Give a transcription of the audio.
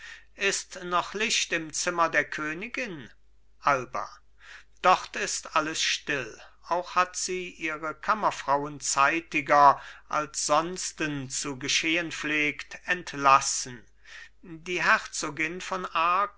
ist noch licht im zimmer der königin alba dort ist alles still auch hat sie ihre kammerfrauen zeitiger als sonsten zu geschehen pflegt entlassen die herzogin von